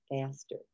faster